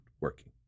working